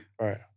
Right